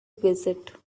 visit